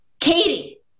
Katie